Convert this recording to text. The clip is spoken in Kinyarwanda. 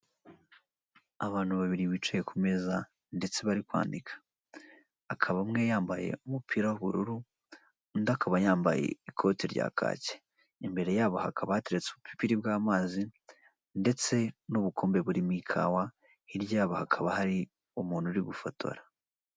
Abantu babiri bicaye ku meza ndetse bari kwandika, akaba umwe yambaye umupira w'ubururu undi akaba yambaye ikote rya kaki, imbere yabo hakaba hateretse ubupiri bw'amazi ndetse n'ubukombe burimo ikawa, hirya yabo hakaba hari umuntu uri gufotora.